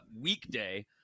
weekday